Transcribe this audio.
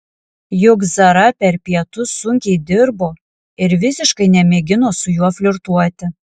juk zara per pietus sunkiai dirbo ir visiškai nemėgino su juo flirtuoti